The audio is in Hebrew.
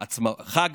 חג